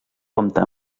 compta